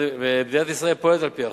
מדינת ישראל פועלת על-פי החוק.